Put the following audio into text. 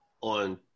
on